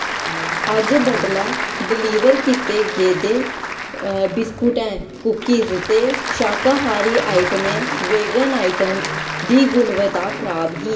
अज्ज बडलै डलीवर कीते गेदे बिस्कुटें कूकीज ते शाकाहारी आइटमें वीगन आइटम्स दी गुणवत्ता खराब ही